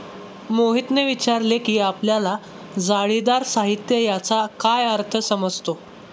मोहितने विचारले की आपल्याला जाळीदार साहित्य याचा काय अर्थ समजतो?